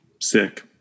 sick